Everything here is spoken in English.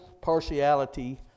partiality